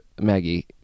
Maggie